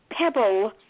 pebble